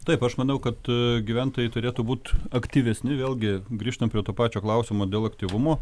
taip aš manau kad gyventojai turėtų būt aktyvesni vėlgi grįžtam prie to pačio klausimo dėl aktyvumo